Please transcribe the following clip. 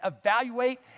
evaluate